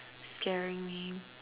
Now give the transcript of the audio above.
scaring me